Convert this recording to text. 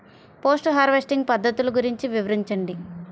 Post harvesting పద్ధతులు గురించి వివరించండి?